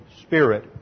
spirit